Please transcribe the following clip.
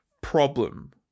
problem